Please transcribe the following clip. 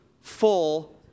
Full